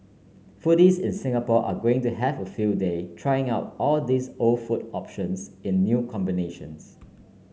foodies in Singapore are going to have a field day trying out all these old food options in new combinations